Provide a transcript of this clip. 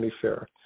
Fair